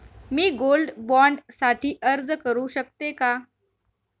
मी gold bond साठी अर्ज करु शकते का?